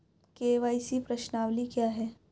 KYC प्रश्नावली क्या है?